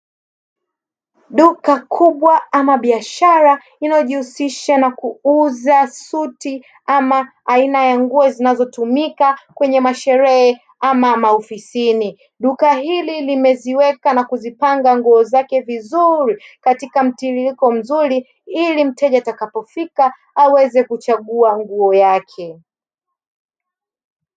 Duka kubwa ama biashara inayojihusisha na kuuza suti ama aina ya nguo zinazotumika kwenye masherehe ama maofisini. Duka hili limeziweka na kuzipanga nguo zake vizuri, katika mtiririko mzuri ili mteja atakapofika aweze kuchagua nguo yake.